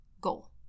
goal